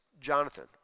Jonathan